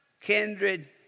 kindred